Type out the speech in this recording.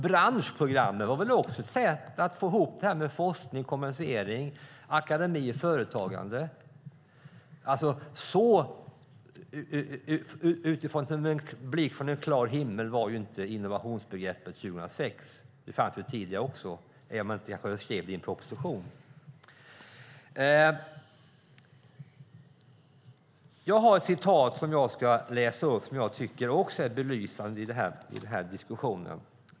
Branschprogrammen var väl också ett sätt att få ihop forskning och kommunicering, akademi och företagande. Innovationsbegreppet kom inte som en blixt från klar himmel 2006. Det fanns tidigare också, även om vi inte skrev någon proposition. Jag har ett citat som jag ska läsa upp som jag tycker också är belysande i den här diskussionen.